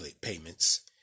payments